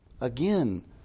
Again